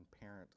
parent